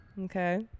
Okay